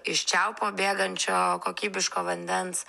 iš čiaupo bėgančio kokybiško vandens